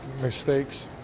mistakes